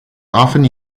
often